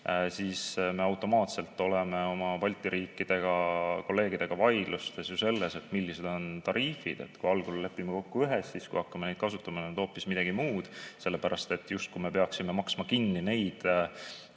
siis me automaatselt oleme oma Balti riikide kolleegidega vaidlustes ju selle üle, millised on tariifid. Kui algul lepime kokku ühes, siis kui hakkame neid kasutama, on need hoopis midagi muud, sellepärast et justkui me peaksime maksma kinni neid